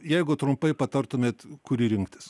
jeigu trumpai patartumėt kurį rinktis